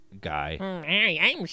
guy